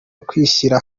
ukwishyira